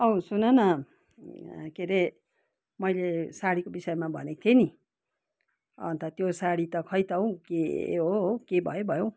औ सुन न के हरे मैले साडीको विषयमा भनेको थिएँ नि अन्त त्यो साडी त खै त हौ के हो हौ के भयो भयो हौ